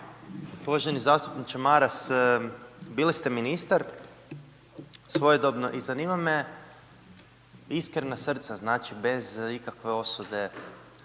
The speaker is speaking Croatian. Uvaženi zastupniče Maras, bili ste ministar svojedobno i zanima me iskrena srca, znači bez ikakve osude,